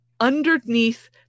underneath